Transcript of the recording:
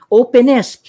openness